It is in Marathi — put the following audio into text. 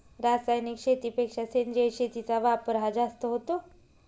रासायनिक शेतीपेक्षा सेंद्रिय शेतीचा वापर हा जास्त होतो